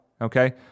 okay